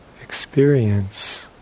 experience